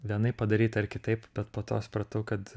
vienaip padaryt ar kitaip bet po to supratau kad